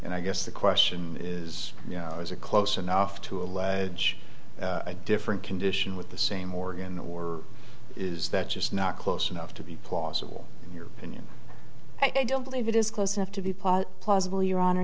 and i guess the question is is a close enough to allege a different condition with the same organ or is that just not close enough to be plausible in your opinion i don't believe it is close enough to be pot plausible your honor